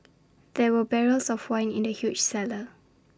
there were barrels of wine in the huge cellar